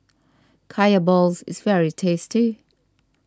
Kaya Balls is very tasty